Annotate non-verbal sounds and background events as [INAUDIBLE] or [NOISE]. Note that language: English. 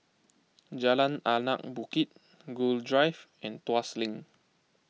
[NOISE] Jalan Anak Bukit Gul Drive and Tuas Link